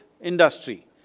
industry